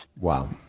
Wow